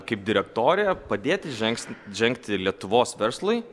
kaip direktorija padėti žengs žengti lietuvos verslui